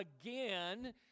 again